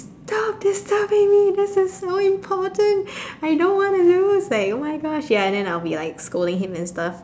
stop disturbing me this is so important I don't wanna lose like !oh-my-gosh! ya and then I'll be like scolding him and stuff